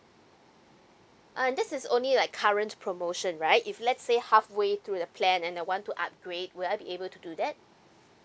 uh this is only like current promotion right if let say halfway through the plan and I want to upgrade will I be able to do that